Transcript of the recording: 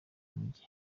mujyi